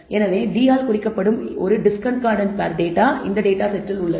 எனவே D ஆல் குறிக்கப்படும் ஒரு டிஸ்கார்டன்ட் பேர் டேட்டா உள்ளது